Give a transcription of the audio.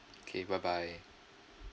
okay bye bye